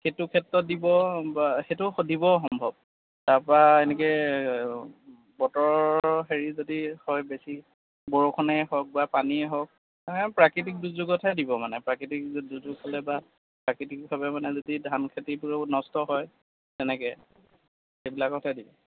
সেইটো ক্ষেত্ৰত দিব বা সেইটো দিব সম্ভৱ তাৰপৰা এনেকৈ বতৰৰ হেৰি যদি হয় বেছি বৰষুণেই হওক বা পানীয়েই হওক সেয়া প্ৰাকৃতিক দুৰ্যোগতহে দিব মানে প্ৰাকৃতিক দুৰ্যোগ বা প্ৰাকৃতিকভাৱে মানে যদি ধান খেতিবোৰ নষ্ট হয় সেনেকৈ সেইবিলাকতহে দিব